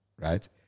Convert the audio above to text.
right